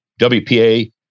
WPA